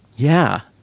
yeah.